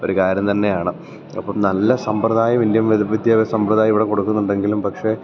ഒരു കാര്യം തന്നെയാണ് അപ്പം നല്ല സമ്പ്രദായം വിദ്യഭ്യാസ സമ്പ്രദായം ഇവിടെ കൊടുക്കുന്നുണ്ടെങ്കിലും പക്ഷെ